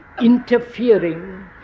interfering